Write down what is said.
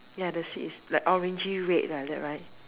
ya the seat is like orangey red like that right